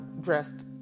dressed